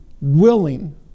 willing